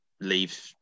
leave